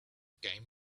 game